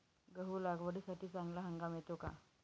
गहू लागवडीसाठी चांगला हंगाम कोणता?